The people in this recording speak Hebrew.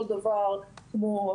אותו דבר כמו,